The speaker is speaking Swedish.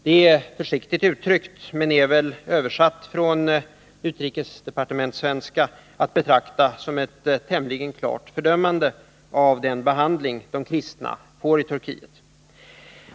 Det är försiktigt uttryckt, men är väl — översatt från utrikesdepartementssvenska — att betrakta som ett tämligen klart fördömande av den behandling de kristna får i Turkiet.